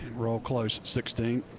roll close at sixteen.